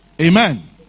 Amen